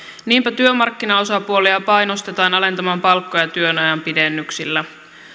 niinpä työmarkkinaosapuolia painostetaan alentamaan palkkoja työajan pidennyksillä